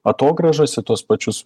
atogrąžose tuos pačius